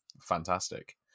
fantastic